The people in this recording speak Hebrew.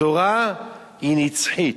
התורה היא נצחית.